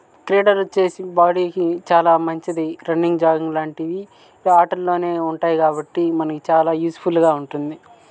క్రీడలను చేసే బాడీకి చాలా మంచిది రన్నింగ్ జాగింగ్ లాంటివి ఈ ఆటల్లోనే ఉంటాయి కాబట్టి మనకి చాలా యూజ్ఫుల్గా ఉంటుంది